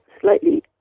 Slightly